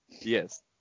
Yes